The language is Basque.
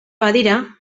badira